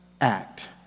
Act